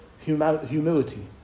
humility